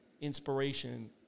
inspiration